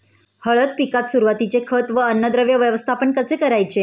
हळद पिकात सुरुवातीचे खत व अन्नद्रव्य व्यवस्थापन कसे करायचे?